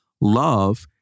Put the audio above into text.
Love